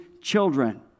children